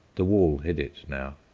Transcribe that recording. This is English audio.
the wall hid it now.